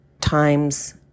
times